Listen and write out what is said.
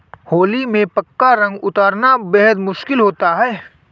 होली में पक्का रंग उतरना बेहद मुश्किल होता है